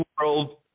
world